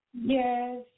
Yes